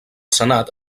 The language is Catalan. senat